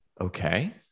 Okay